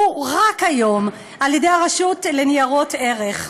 רק היום על-ידי הרשות לניירות ערך,